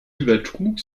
übertrug